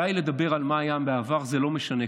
די לדבר על מה היה בעבר, זה לא משנה.